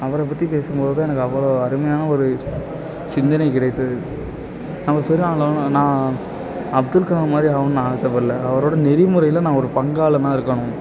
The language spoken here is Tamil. அவரை பற்றி பேசும் போது தான் எனக்கு அவ்வளோ அருமையான ஒரு சிந்தனை கிடைத்தது நான் அப்துல் கலாம் மாதிரி ஆகணுன்னு நா ஆசைப்பட்ல அவரோட நெறிமுறையில் நான் ஒரு பங்காளனாக இருக்கணும்